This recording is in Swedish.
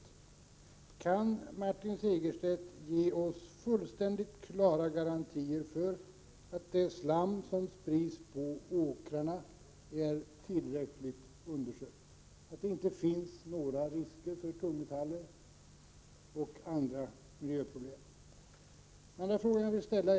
För det första: Kan Martin Segerstedt ge oss fullständigt klara garantier för att det slam som sprids på åkrarna är tillräckligt undersökt, så att det inte finns några risker för att det innehåller tungmetaller eller andra ämnen som kan förorsaka miljöproblem?